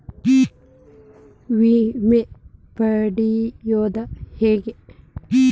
ವಿಮೆ ಪಡಿಯೋದ ಹೆಂಗ್?